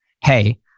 hey